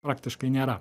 praktiškai nėra